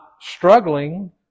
struggling